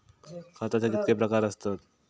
खताचे कितके प्रकार असतत?